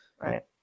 Right